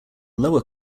lower